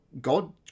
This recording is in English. God